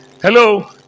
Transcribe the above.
Hello